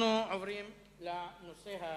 אנחנו עוברים לנושא השני,